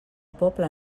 poble